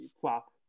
flop